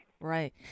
Right